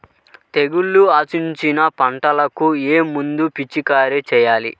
తెగుళ్లు ఆశించిన పంటలకు ఏ మందు పిచికారీ చేయాలి?